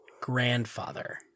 grandfather